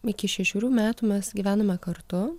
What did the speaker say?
iki šešerių metų mes gyvenome kartu